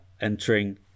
entering